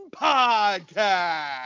Podcast